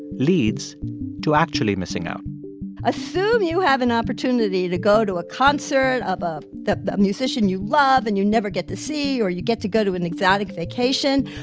leads to actually missing out assume you have an opportunity to go to a concert of ah a musician you love and you never get to see, or you get to go to an exotic vacation,